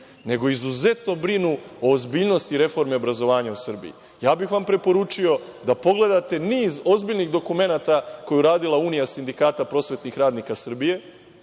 nego izuzetno brinu o ozbiljnosti reforme obrazovanja u Srbiji. Ja bih vam preporučio da pogledate niz ozbiljnih dokumenata koje je uradila Unija sindikata prosvetnih radnika Srbije,